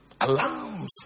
Alarms